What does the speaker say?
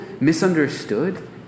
misunderstood